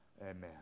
Amen